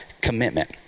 commitment